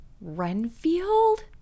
renfield